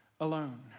alone